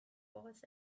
was